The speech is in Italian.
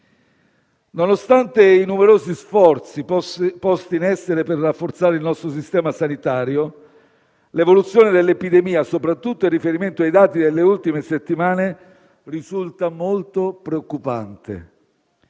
Nonostante i numerosi sforzi posti in essere per rafforzare il nostro sistema sanitario, l'evoluzione dell'epidemia, soprattutto in riferimento ai dati delle ultime settimane, risulta molto preoccupante.